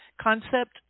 concept